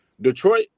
Detroit